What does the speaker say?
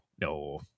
no